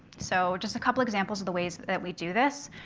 so just a couple of examples of the ways that we do this.